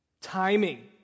Timing